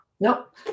Nope